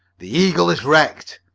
the eagle is wrecked,